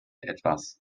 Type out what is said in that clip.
etwas